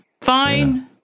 Fine